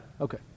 Okay